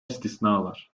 istisnalar